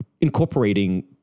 incorporating